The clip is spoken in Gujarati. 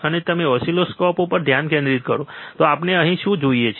તેથી જો તમે ઓસિલોસ્કોપ પર ધ્યાન કેન્દ્રિત કરો તો આપણે અહીં શું જોઈએ છીએ